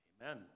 amen